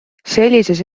sellises